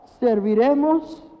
serviremos